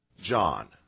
John